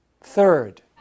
Third